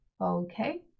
okay